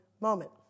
moment